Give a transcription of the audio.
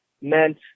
meant